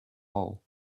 hole